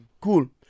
Cool